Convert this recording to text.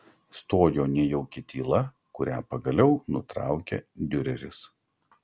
stojo nejauki tyla kurią pagaliau nutraukė diureris